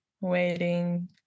waiting